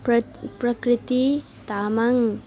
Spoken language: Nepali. प्रत प्रकृति तामाङ